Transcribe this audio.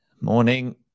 Morning